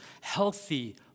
healthy